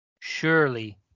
surely